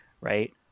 right